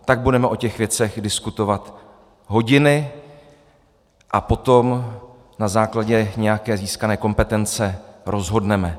Tak budeme o těch věcech diskutovat hodiny a potom na základě nějaké získané kompetence rozhodneme.